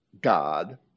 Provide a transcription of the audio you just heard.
God